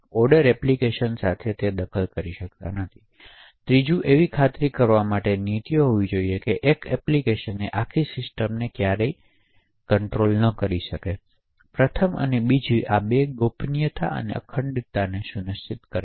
order application સાથે દખલ કરી શકતા નથી ત્રીજી એવી ખાતરી કરવા માટે નીતિઓ હોવી જોઈએ કે એક એપ્લિકેશન આખી સિસ્ટમને ફટકારે નહીં તેથી પ્રથમ અને બીજી આ બે બાબતો ગોપનીયતા અને અખંડિતતાને સુનિશ્ચિત કરશે